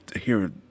hear